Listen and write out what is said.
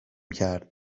کرد